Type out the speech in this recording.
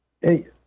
Hey